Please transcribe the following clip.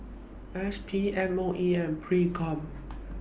S P M O E and PROCOM